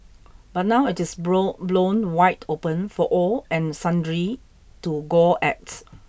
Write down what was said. but now it is blown blown wide open for all and sundry to gawk at